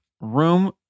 room